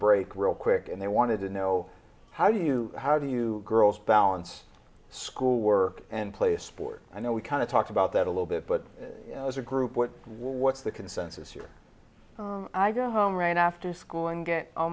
break real quick and they wanted to know how do you how do you girls balance school work and play sport i know we kind of talked about that a little bit but as a group what's the consensus here i go home right after school and get all